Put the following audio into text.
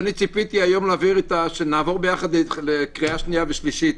אני ציפיתי היום שנעבור ביחד לקריאה שנייה ושלישית.